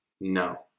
No